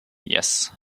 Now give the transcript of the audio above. yes